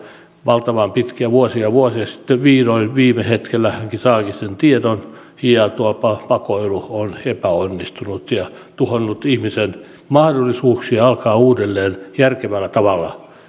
valtavan pitkään vuosia vuosia niin että sitten vihdoin viime hetkellä saakin sen tiedon ja tuo pakoilu on epäonnistunut ja tuhonnut ihmisen mahdollisuuksia alkaa uudelleen järkevällä tavalla